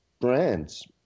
brands